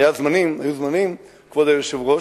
היו זמנים, כבוד היושב-ראש,